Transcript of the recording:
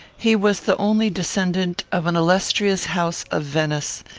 he was the only descendant of an illustrious house of venice.